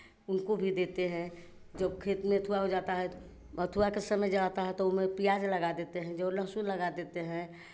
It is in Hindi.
उनको भी देते हैं जब खेत में थोड़ा हो जाता है तो बथुआ के समय जे आता है तो उसमें प्याज लगा देते हैं जो लहसुन लगा देते हैं